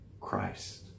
Christ